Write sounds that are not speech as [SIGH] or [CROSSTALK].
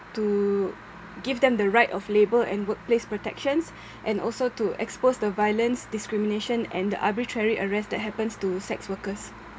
to give them the right of labour and workplace protections [BREATH] and also to expose the violence discrimination and the arbitrary arrest that happens to sex workers